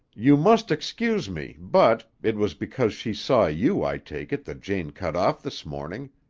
you must excuse me, but it was because she saw you, i take it, that jane cut off this morning.